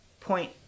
point